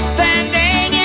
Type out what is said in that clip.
Standing